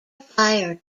fire